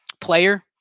player